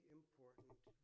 important